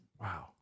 Wow